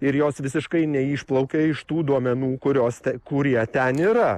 ir jos visiškai neišplaukia iš tų duomenų kuriuos tie kurie ten yra